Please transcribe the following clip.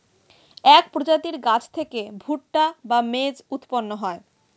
এক প্রজাতির গাছ থেকে ভুট্টা বা মেজ উৎপন্ন হয়